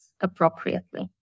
appropriately